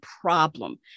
problem